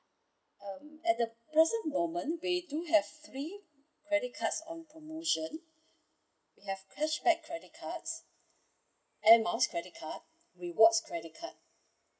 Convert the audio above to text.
um at the present moment we do have three credit cards on promotion we have cashback credit cards airmiles credit card rewards credit card